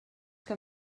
que